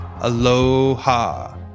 aloha